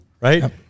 right